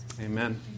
Amen